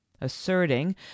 asserting